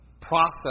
Process